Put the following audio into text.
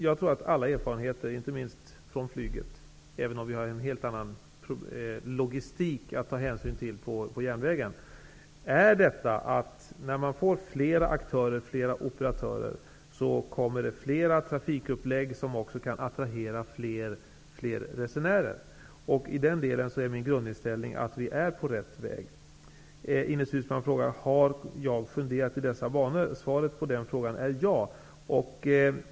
Jag tror att alla erfarenheter, inte minst de från flyget -- även om vi har en helt annan logistik att ta hänsyn till på järnvägen -- säger oss att när man får flera aktörer, flera operatörer, kommer fler trafikupplägg, som också kan attrahera fler resenärer. I den delen är min grundinställning att vi är på rätt väg. Ines Uusmann frågar om jag har funderat i dessa banor. Svaret på den frågan är ja.